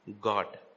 God